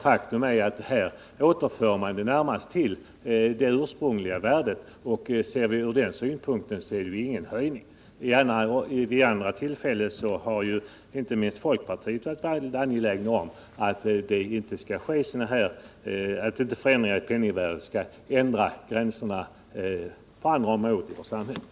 Faktum är att man här närmast återför tullskyddet till det ursprungliga värdet, och från den synpunkten sett är det ju ingen höjning. Vid andra tillfällen har, inte minst folkpartiet, varit angeläget om att förändringar i penningvärdet inte skall få ändra värden och skalor som riksdagen fastställt.